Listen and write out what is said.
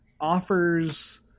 offers